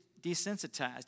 desensitized